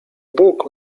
bóg